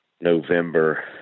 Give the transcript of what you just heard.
November